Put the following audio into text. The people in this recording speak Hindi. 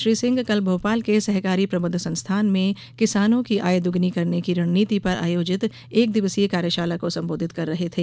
श्री सिंह कल भोपाल के सहकारी प्रबंध संस्थान में किसानों की आय दोगुनी करने की रणनीति पर आयोजित एक दिवसीय कार्यशाला को संबोधित कर रहे थे